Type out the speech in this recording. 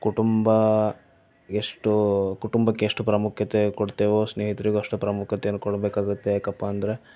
ಕುಟುಂಬ ಎಷ್ಟು ಕುಟುಂಬಕ್ಕೆ ಎಷ್ಟು ಪ್ರಾಮುಖ್ಯತೆ ಕೊಡ್ತೇವೋ ಸ್ನೇಹಿತರಿಗೂ ಅಷ್ಟೇ ಪ್ರಾಮುಖ್ಯತೆಯನ್ನು ಕೊಡಬೇಕಾಗುತ್ತೆ ಯಾಕಪ್ಪ ಅಂದರೆ